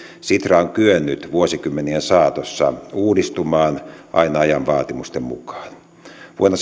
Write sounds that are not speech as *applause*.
sitra on kyennyt vuosikymmenien saatossa uudistumaan aina ajan vaatimusten mukaan vuonna *unintelligible*